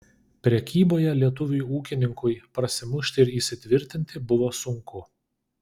prekyboje lietuviui ūkininkui prasimušti ir įsitvirtinti buvo sunku